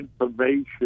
information